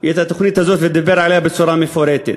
את התוכנית הזאת ודיבר עליה בצורה מפורטת.